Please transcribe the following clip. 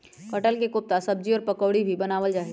कटहल के कोफ्ता सब्जी और पकौड़ी भी बनावल जा हई